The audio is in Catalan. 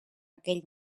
aquell